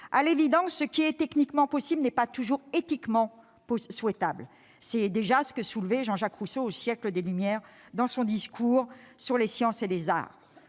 à l'évidence, ce qui est techniquement possible n'est pas toujours éthiquement souhaitable : c'est déjà ce que relevait Jean-Jacques Rousseau au siècle des Lumières dans son. Très bien ! Toutes les